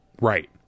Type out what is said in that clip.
right